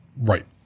right